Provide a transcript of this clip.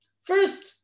First